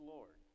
Lord